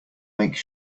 make